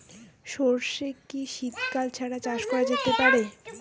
সর্ষে কি শীত কাল ছাড়া চাষ করা যেতে পারে?